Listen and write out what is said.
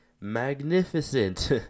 magnificent